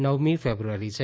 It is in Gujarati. નવમી ફેબ્રુઆરી છે